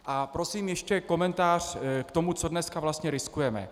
A prosím, ještě komentář k tomu, co dneska vlastně riskujeme.